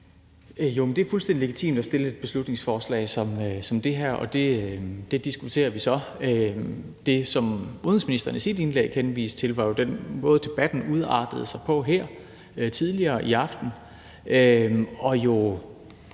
det er fuldstændig legitimt at fremsætte et beslutningsforslag som det her, og det diskuterer vi så. Det, som udenrigsministeren i sit indlæg henviste til, var jo den måde, debatten udartede sig på her tidligere i aften.